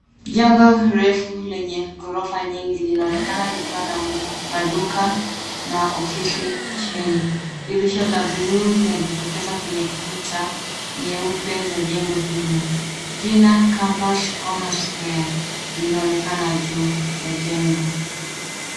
Jengo refu lenye ghorofa nyingi linaonekana likiwa na maduka na ofisi chini. Dirisha za bluu zinajitokeza kwenye kuta nyeupe za jengo hilo. Jina, campus corner square, linaonekana juu ya jengo.